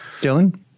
dylan